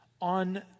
on